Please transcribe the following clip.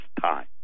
time